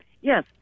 Yes